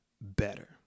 better